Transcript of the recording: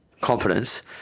confidence